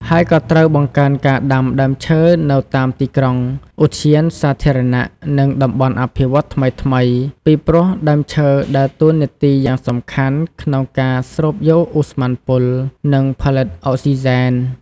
ហើយក៏ត្រូវបង្កើនការដាំដើមឈើនៅតាមទីក្រុង ឧទ្យានសាធារណៈ និងតំបន់អភិវឌ្ឍន៍ថ្មីៗ ពីព្រោះដើមឈើដើរតួនាទីយ៉ាងសំខាន់ក្នុងការស្រូបយកឧស្ម័នពុល និងផលិតអុកស៊ីហ្សែន។